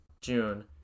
June